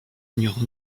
mur